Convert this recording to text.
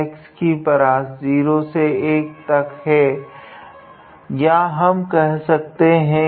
तो x की परास 0 से 1 तक है या हम क्या कर सकते है